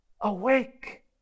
Awake